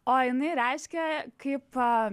o jinai reiškia kaip a